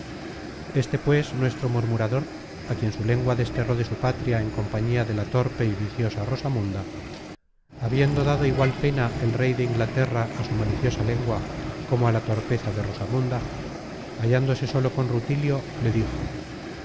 este pues nuestro murmurador á quien su lengua desterró de su patria en compañía de la torpe y viciosa rosamunda habiendo dado igual pena el rey de inglaterra á su maliciosa lengua como á la torpeza de rosamunda hallándose solo con rutilio le dijo